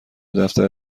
دفتر